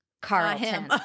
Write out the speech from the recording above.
carlton